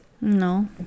No